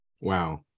wow